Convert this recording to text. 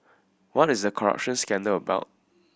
what is the corruption scandal about